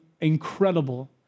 incredible